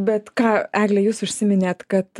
bet ką egle jūs užsiminėt kad